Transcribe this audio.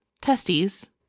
testes